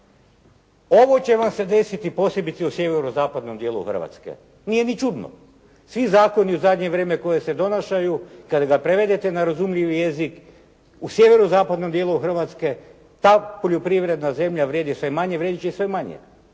Ovo će vam se desiti posebno u sjevero-zapadnom dijelu Hrvatske. Nije ni čudno. Svi zakoni u zadnje vrijeme koji se donašaju kad ga prevede na razumljivi jezik u sjevero-zapadnom dijelu Hrvatske ta poljoprivredna zemlja vrijedi sve manje, vrijedit će i sve manje